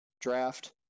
draft